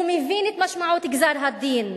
הוא מבין את משמעות גזר-הדין.